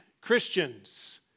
Christians